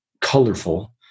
colorful